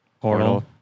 Portal